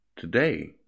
Today